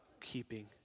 keeping